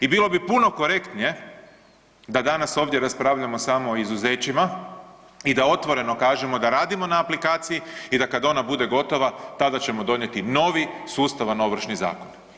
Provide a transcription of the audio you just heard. I bilo bi puno korektnije da nas ovdje raspravljamo samo o izuzećima i da otvoreno kažemo da radimo na aplikaciji i da kad ona bude gotova tada ćemo donijeti novi sustavan Ovršni zakon.